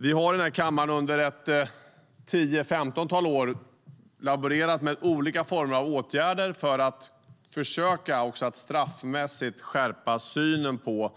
Vi har i den här kammaren under ett 10-15-tal år laborerat med olika former av åtgärder för att försöka att straffmässigt skärpa synen på